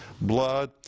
blood